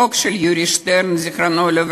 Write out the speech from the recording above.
החוק של יורי שטרן ז"ל,